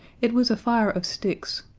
it was a fire of sticks,